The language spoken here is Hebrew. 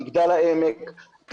מגדל העמק,